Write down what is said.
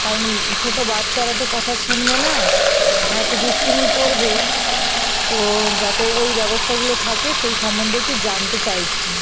কারণ ছোট বাচ্চারা তো কথা শুনবে না ওরা তো দুষ্টুমি করবে তো যাতে ওই ব্যবস্থাগুলো থাকে সেই সম্বন্ধে একটু জানতে চাইছি